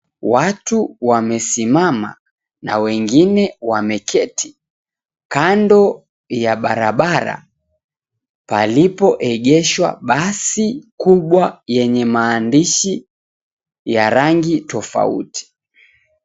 Watu wamesimama na wengine wameketi kando ya barabara, palipoengeshwa basi kubwa yenye maandishi ya rangi tofauti.